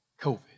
COVID